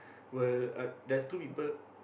will uh there's two people